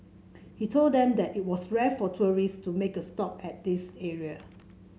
he told them that it was rare for tourists to make a stop at this area